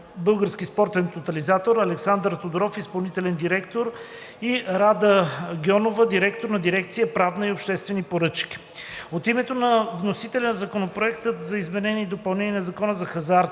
„Български спортен тотализатор“: Александър Тодоров – изпълнителен директор, и Рада Гьонова – директор на дирекция „Правна и обществени поръчки“. От името на вносителя Законопроект за изменение и допълнение на Закона за хазарта,